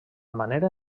manera